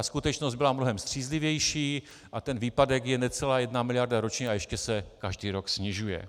Skutečnost byla mnohem střízlivější výpadek je necelá 1 miliarda ročně a ještě se každý rok snižuje.